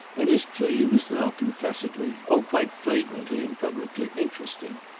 and his plea was now confessedly oh quite flagrantly and publicly interesting.